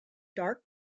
dark